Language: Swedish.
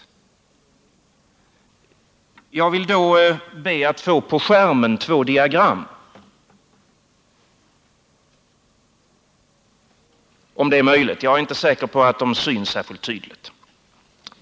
Jag vill då be att få visa två diagram på TV-skärmen.